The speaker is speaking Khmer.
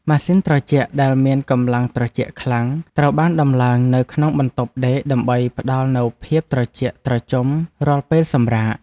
ម៉ាស៊ីនត្រជាក់ដែលមានកម្លាំងត្រជាក់ខ្លាំងត្រូវបានដំឡើងនៅក្នុងបន្ទប់ដេកដើម្បីផ្ដល់នូវភាពត្រជាក់ត្រជុំរាល់ពេលសម្រាក។